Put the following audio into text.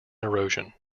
erosion